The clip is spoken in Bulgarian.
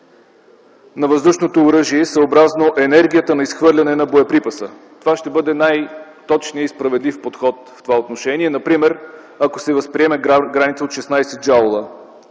към въздушното оръжие, съобразно енергията на изхвърляне на боеприпаса. Това ще бъде най-точният и справедлив подход в това отношение, ако се възприеме граница от 16 джаула.